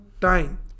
time